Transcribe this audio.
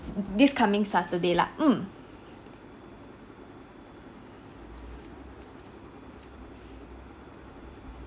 this coming saturday lah mm